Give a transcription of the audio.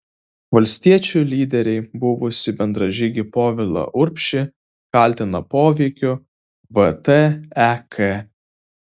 valstiečių lyderiai buvusį bendražygį povilą urbšį kaltina poveikiu vtek